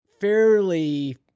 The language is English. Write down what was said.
fairly